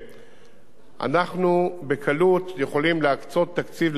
אנחנו בקלות יכולים להקצות תקציב לקידום תכנון,